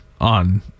On